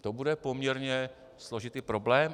To bude poměrně složitý problém.